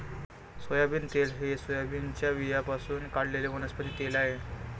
soybean तेल हे सोयाबीनच्या बियाण्यांपासून काढलेले वनस्पती तेल आहे